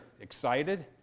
excited